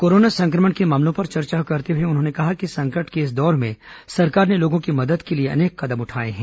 corona संक्रमण के मामलों पर चर्चा करते हुए उन्होंने कहा कि संकट के इस दौर में सरकार ने लोगों की मदद के लिए अनेक कदम उठाए हैं